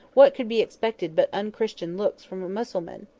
what could be expected but unchristian looks from a mussulman?